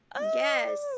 Yes